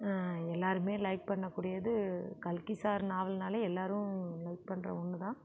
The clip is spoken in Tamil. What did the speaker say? எல்லாருமே லைக் பண்ணக்கூடியது கல்கி சார் நாவல்னாலே எல்லாரும் லைக் பண்ணுற ஒன்னு தான்